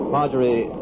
Marjorie